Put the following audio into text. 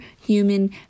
human